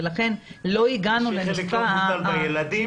ולכן --- יש לי חלק לא מבוטל בילדים,